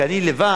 כי אני לבד,